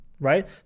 right